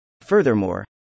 Furthermore